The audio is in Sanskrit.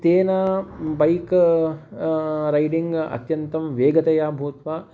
तेन बैक् रैडिंग् अत्यन्तं वेगतया भूत्वा